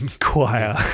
choir